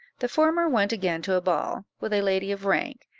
the former went again to a ball, with a lady of rank,